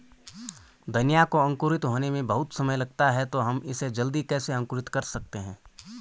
धनिया को अंकुरित होने में बहुत समय लगता है तो हम इसे जल्दी कैसे अंकुरित कर सकते हैं?